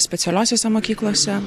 specialiosiose mokyklose